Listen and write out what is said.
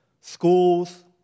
schools